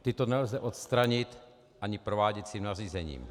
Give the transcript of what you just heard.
Ta nelze odstranit ani prováděcím nařízením.